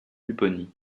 pupponi